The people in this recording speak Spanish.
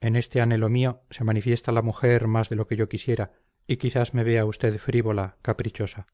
en este anhelo mío se manifiesta la mujer más de lo que yo quisiera y quizás me vea usted frívola caprichosa